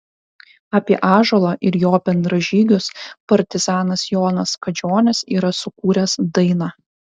apie ąžuolą ir jo bendražygius partizanas jonas kadžionis yra sukūręs dainą